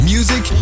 Music